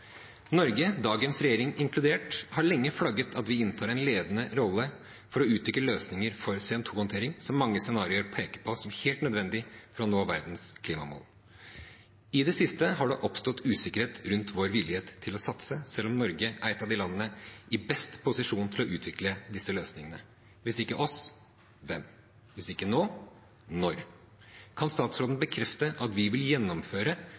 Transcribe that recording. Norge, dagens regjering inkludert, har lenge flagget at vi inntar en ledende rolle for å utvikle løsninger for CO2-håndtering, som mange scenarioer peker på som helt nødvendig for å nå verdens klimamål. I det siste har det oppstått usikkerhet rundt vår vilje til å satse, selv om Norge er et av de landene som er i best posisjon til å utvikle disse løsningene. Hvis ikke vi – hvem? Hvis ikke nå – når? Kan statsråden bekrefte at vi vil gjennomføre